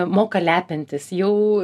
moka lepintis jau